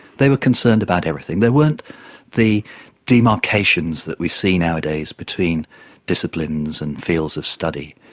they were concerned about everything. there weren't the demarcations that we see nowadays between disciplines and fields of study,